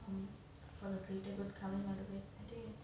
um அவர் கேட்ட அப்போ:avar ketta appo coming out of it